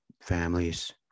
families